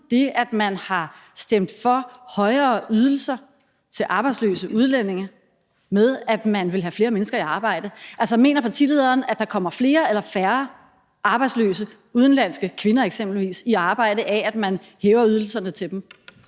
det, at man har stemt for højere ydelser til arbejdsløse udlændinge, rimer med, at man vil have flere mennesker i arbejde. Altså, mener partilederen, at der kommer flere eller færre arbejdsløse udenlandske kvinder eksempelvis i arbejde af, at man hæver ydelserne til dem?